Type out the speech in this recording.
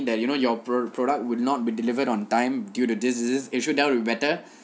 that you know your pro~ product would not be delivered on time due to this this this issue that will be better